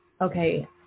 okay